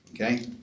okay